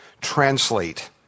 translate